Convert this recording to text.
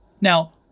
Now